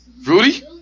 Rudy